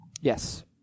Yes